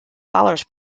followers